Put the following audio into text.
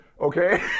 Okay